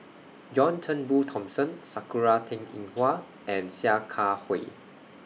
John Turnbull Thomson Sakura Teng Ying Hua and Sia Kah Hui